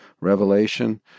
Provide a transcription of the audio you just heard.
revelation